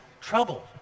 trouble